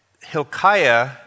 Hilkiah